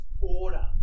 order